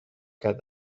کرد